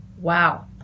Wow